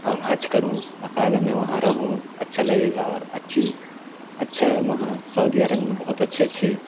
اور حج کروں باقاعدہ میں وہاں رہوں اچھا لگے گا اور اچھی اچھا وہاں سعودی عرب میں بہت اچھے اچھے